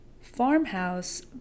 farmhouse